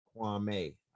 Kwame